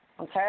Okay